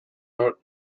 out